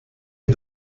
est